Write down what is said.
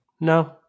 no